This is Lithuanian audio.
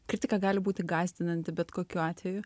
kritika gali būti gąsdinanti bet kokiu atveju